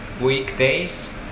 weekdays